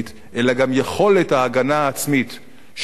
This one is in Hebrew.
אלא גם יכולת ההגנה העצמית שלנו,